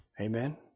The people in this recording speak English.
amen